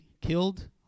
killed